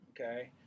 Okay